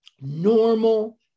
normal